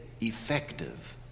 effective